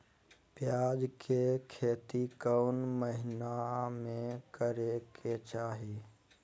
प्याज के खेती कौन महीना में करेके चाही?